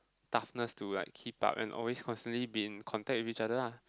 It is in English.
toughness to like keep up and always constantly be in contact with each other lah